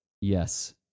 Yes